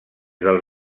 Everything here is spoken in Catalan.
del